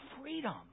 freedom